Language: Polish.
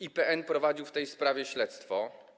IPN prowadził w tej sprawie śledztwo.